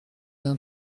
d’un